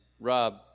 Rob